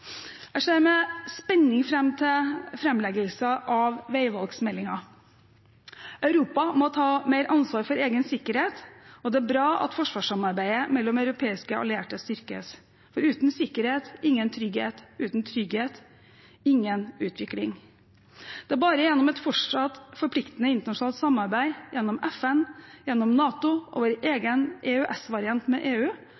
Jeg ser med spenning fram til framleggelsen av veivalgsmeldingen. Europa må ta mer ansvar for egen sikkerhet, og det er bra at forsvarssamarbeidet mellom europeiske allierte styrkes. Uten sikkerhet ingen trygghet, uten trygghet ingen utvikling. Det er bare gjennom et fortsatt forpliktende internasjonalt samarbeid gjennom FN, gjennom NATO